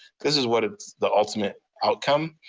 this is what the ultimate outcome.